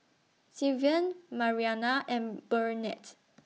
Sylvan Marianna and Burnett